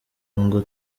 ngo